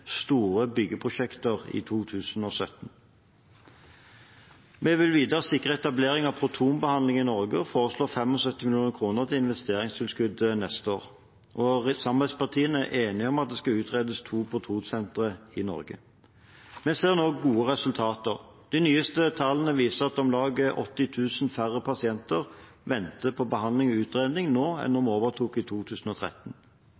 store byggeprosjekter i 2017. Vi vil videre sikre etablering av protonbehandling i Norge og foreslår 75 mill. kr i investeringstilskudd neste år. Samarbeidspartiene er enige om at det skal utredes to protonsentre i Norge. Vi ser nå gode resultater. De nyeste tallene viser at om lag 80 000 færre pasienter venter på behandling og utredning nå enn